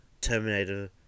Terminator